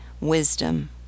wisdom